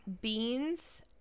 beans